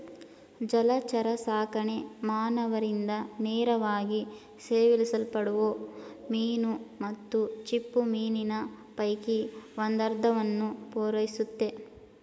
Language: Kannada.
ಜಲಚರಸಾಕಣೆ ಮಾನವರಿಂದ ನೇರವಾಗಿ ಸೇವಿಸಲ್ಪಡೋ ಮೀನು ಮತ್ತು ಚಿಪ್ಪುಮೀನಿನ ಪೈಕಿ ಒಂದರ್ಧವನ್ನು ಪೂರೈಸುತ್ತೆ